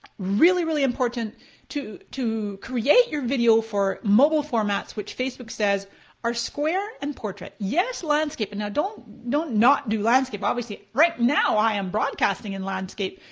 really really important to to create your video for mobile formats which facebook says are square and portrait. yes landscape, and don't don't not do landscape. obviously right now i am broadcasting in landscape.